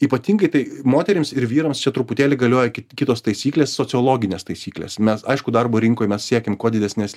ypatingai tai moterims ir vyrams čia truputėlį galioja ki kitos taisyklės sociologinės taisyklės mes aišku darbo rinkoj mes siekiam kuo didesnės